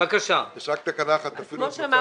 כמו שאמרתי,